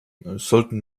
sollten